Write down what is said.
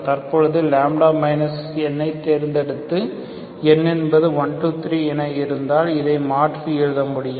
தற்பொழுது nதேர்ந்தெடுத்து n என்பது 1 2 3 என இருந்தால் இதை மாற்றி எழுத முடியும்